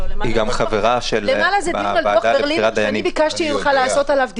למעלה זה דיון על דוח ברלינר שביקשתי ממך לעשות עליו דיון.